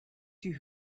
die